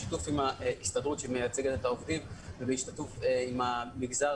בשיתוף עם ההסתדרות שמייצגת את העובדים ובהשתתפות המגזר